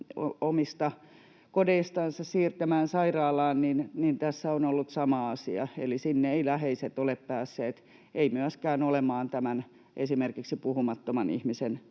omista kodeistansa siirtämään sairaalaan, niin tässä on ollut sama asia eli sinne eivät läheiset ole päässeet, eivät myöskään olemaan esimerkiksi puhumattoman ihmisen